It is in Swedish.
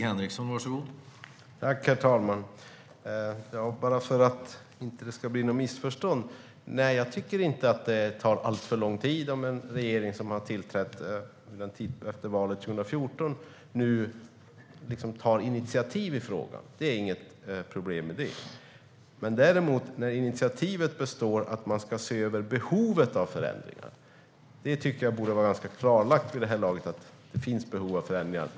Herr talman! För att det inte ska bli något missförstånd ska jag säga att jag inte tycker att det tar alltför lång tid om en regering som har tillträtt efter valet 2014 nu tar initiativ i frågan. Det är inget problem med det, däremot när initiativet består i att man ska se över behovet av förändringar. Vid det här laget tycker jag att det borde vara ganska klarlagt att det finns behov av förändringar.